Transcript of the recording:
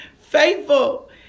faithful